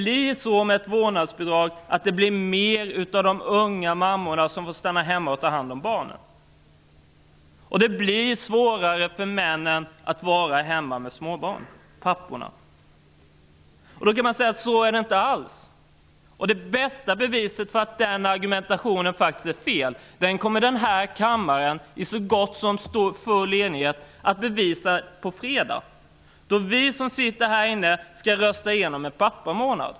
Med ett vårdnadsbidrag blir det oftare så att de unga mammorna får stanna hemma och ta hand om barnen. Det blir svårare för papporna att vara hemma med småbarn. Det finns de som säger: Så blir det inte alls! Men det bästa beviset för att den argumentationen är fel kommer den här kommaren i så gott som full enighet att ge på fredag. Då skall vi, som sitter här inne, rösta igenom en pappamånad.